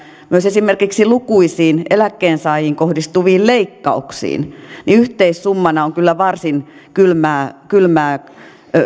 myös esimerkiksi lukuisiin eläkkeensaajiin kohdistuviin leikkausiin niin yhteissummana on kyllä varsin kylmää kylmää